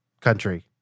country